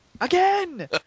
Again